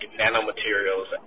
nanomaterials